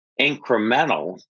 incremental